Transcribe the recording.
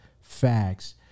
facts